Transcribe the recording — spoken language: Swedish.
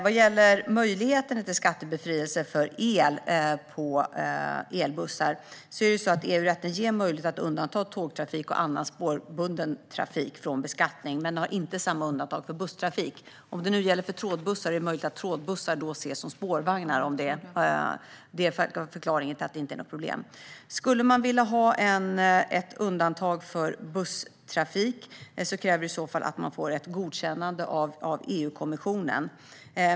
Vad gäller möjligheterna till skattebefrielse för elen för elbussar ger EU-rätten möjlighet att undanta tågtrafik och annan spårbunden trafik från beskattning. Men det finns inte samma undantag för busstrafik. Om det nu gäller för trådbussar är det möjligt att trådbussar ses som spårvagnar. Det kan vara förklaringen till att det inte är något problem. Om man skulle vilja ha ett undantag för busstrafik krävs det i så fall att man får ett godkännande av EU-kommissionen.